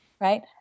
Right